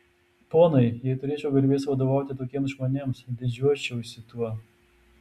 ponai jei turėčiau garbės vadovauti tokiems žmonėms didžiuočiausi tuo